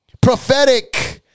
Prophetic